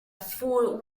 fool